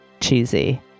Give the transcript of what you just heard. cheesy